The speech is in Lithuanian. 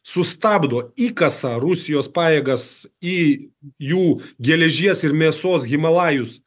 sustabdo įkasa rusijos pajėgas į jų geležies ir mėsos himalajus